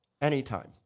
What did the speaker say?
Anytime